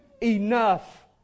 Enough